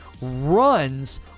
runs